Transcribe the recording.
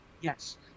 Yes